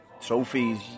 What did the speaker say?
trophies